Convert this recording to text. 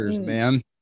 man